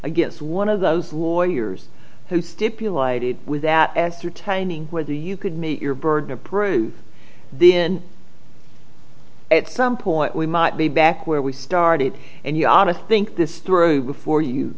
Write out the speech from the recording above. against one of those lawyers who stipulated without and through tending whether you could meet your burden of proof then at some point we might be back where we started and you ought to think this through before you